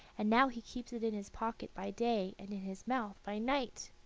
and now he keeps it in his pocket by day and in his mouth by night.